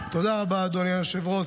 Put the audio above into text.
תודה רבה, אדוני היושב-ראש.